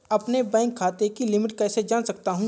अपने बैंक खाते की लिमिट कैसे जान सकता हूं?